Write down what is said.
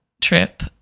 trip